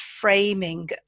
framing